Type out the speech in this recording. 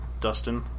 Dustin